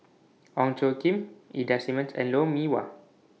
Ong Tjoe Kim Ida Simmons and Lou Mee Wah